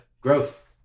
growth